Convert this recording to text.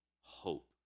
hope